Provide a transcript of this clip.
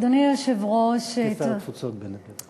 אדוני היושב-ראש, כשר התפוצות, בנט.